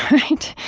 right?